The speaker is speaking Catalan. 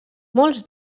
molts